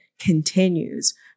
Continues